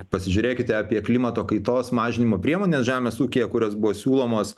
pasižiūrėkite apie klimato kaitos mažinimo priemones žemės ūkyje kurios buvo siūlomos